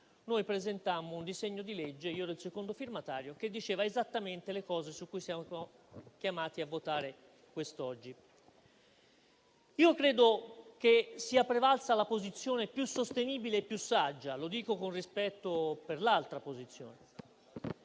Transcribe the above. noi presentammo un disegno di legge, di cui ero il secondo firmatario, che diceva esattamente le cose su cui siamo chiamati a votare quest'oggi. Credo che sia prevalsa la posizione più sostenibile e più saggia - lo dico con rispetto per l'altra posizione